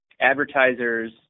advertisers